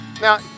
Now